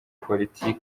politiki